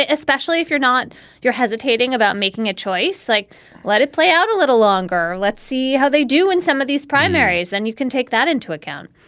especially if you're not you're hesitating about making a choice, like let it play out a little longer. let's see how they do in some of these primaries and you can take that into account,